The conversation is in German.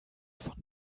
von